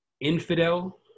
Infidel